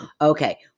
Okay